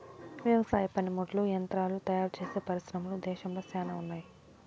వ్యవసాయ పనిముట్లు యంత్రాలు తయారుచేసే పరిశ్రమలు దేశంలో శ్యానా ఉన్నాయి